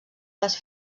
les